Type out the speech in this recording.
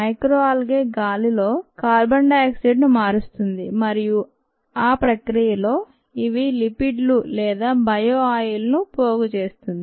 microalgae గాలిలో carbon dioxide ను మారుస్తుంది మరియు ఆ ప్రక్రియలో ఇవి లిపిడ్ లు లేదా బయో ఆయిల్ ను పోగుచేస్తుంది